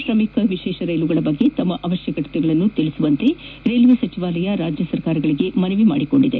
ಶ್ರಮಿಕ್ ವಿಶೇಷ ರೈಲುಗಳ ಬಗ್ಗೆ ತಮ್ಮ ಅವಶ್ಯಕತೆಗಳನ್ನು ತಿಳಿಸುವಂತೆ ರೈಲ್ವೆ ಸಚಿವಾಲಯ ರಾಜ್ಯ ಸರ್ಕಾರಗಳಿಗೆ ಮನವಿ ಮಾಡಿದೆ